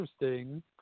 interesting